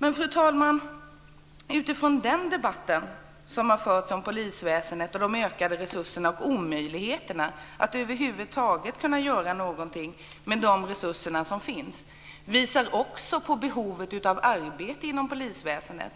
Men, fru talman, den debatt som har förts om polisväsendet, de ökade resurserna och omöjligheten att över huvud taget kunna göra någonting med de resurser som finns visar också på behovet av arbete inom polisväsendet.